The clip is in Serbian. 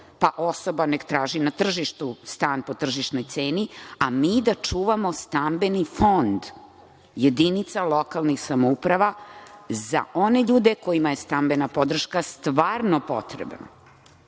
pa osoba neka traži na tržištu stan po tržišnoj ceni, a mi da čuvamo stambeni fond jedinica lokalnih samouprava za one ljude kojima je stambena podrška stvarno potrebna?